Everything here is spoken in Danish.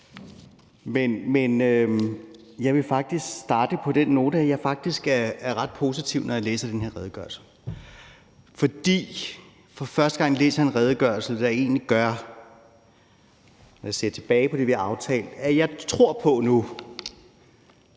jeg vil starte på den note, at jeg faktisk blev ret positiv, da jeg læste den her redegørelse, for jeg læser for første gang en redegørelse, der egentlig, når jeg ser tilbage på det, vi har aftalt, gør, at jeg nu tror på,